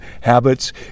habits